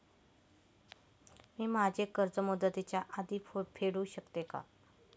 मी माझे कर्ज मुदतीच्या आधी फेडू शकते का?